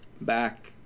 back